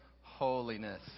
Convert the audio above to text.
holiness